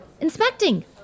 inspecting